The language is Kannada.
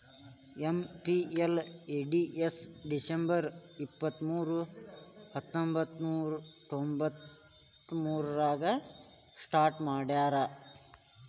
ಎಂ.ಪಿ.ಎಲ್.ಎ.ಡಿ.ಎಸ್ ಡಿಸಂಬರ್ ಇಪ್ಪತ್ಮೂರು ಹತ್ತೊಂಬಂತ್ತನೂರ ತೊಂಬತ್ತಮೂರಾಗ ಸ್ಟಾರ್ಟ್ ಮಾಡ್ಯಾರ